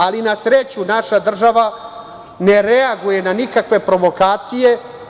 Ali, na sreću naša država ne reaguje na nikakve provokacije.